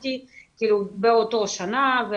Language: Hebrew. וילדתי באותה שנה,